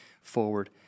forward